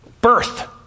birth